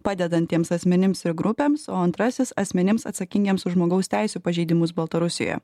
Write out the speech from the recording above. padedantiems asmenims ir grupėms o antrasis asmenims atsakingiems už žmogaus teisių pažeidimus baltarusijoje